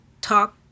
talk